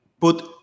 put